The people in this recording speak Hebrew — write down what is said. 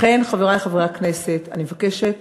לכן, חברי חברי הכנסת, אני מבקשת